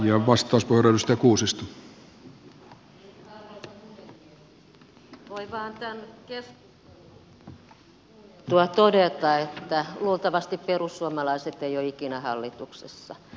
voin tämän keskustelun kuultuani vain todeta että luultavasti perussuomalaiset eivät ole ikinä hallituksessa